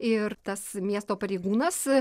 ir tas miesto pareigūnas